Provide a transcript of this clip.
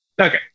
Okay